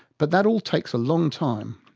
but that all takes a long time.